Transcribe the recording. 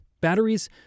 batteries